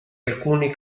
alcuni